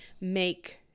make